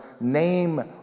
name